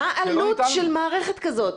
מה העלות של מערכת כזאת?